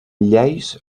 lleis